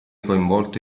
coinvolto